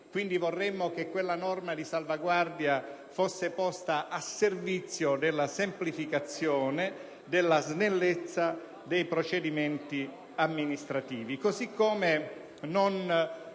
quindi che quella norma di salvaguardia fosse posta a servizio della semplificazione e della snellezza dei procedimenti amministrativi.